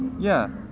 yeah,